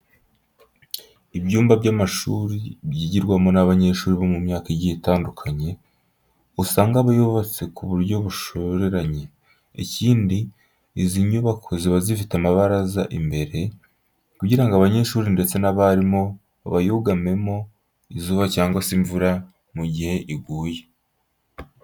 Ibyumba by'amashuri yigirwamo n'abanyeshuri bo mu myaka igiye itandukanye, usanga aba yubatse ku buryo bushoreranye. Ikindi izi nyubako ziba zifite amabaraza imbere, kugira ngo abanyeshuri ndetse n'abarimu bayugamemo izuba cyangwa se imvura mu gihe iguye.